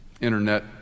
internet